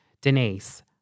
Denise